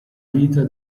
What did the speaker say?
vita